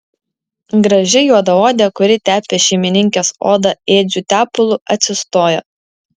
graži juodaodė kuri tepė šeimininkės odą ėdžiu tepalu atsistojo